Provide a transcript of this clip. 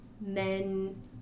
Men